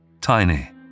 Tiny